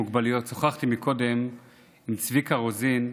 מוגבלויות שוחחתי קודם עם צביקה רוזין,